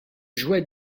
jouaient